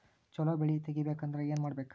ಛಲೋ ಬೆಳಿ ತೆಗೇಬೇಕ ಅಂದ್ರ ಏನು ಮಾಡ್ಬೇಕ್?